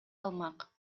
алмак